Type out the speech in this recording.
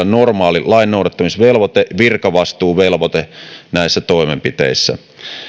normaali lainnoudattamisvelvoite ja virkavastuuvelvoite näissä toimenpiteissä